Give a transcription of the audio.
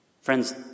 Friends